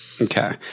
Okay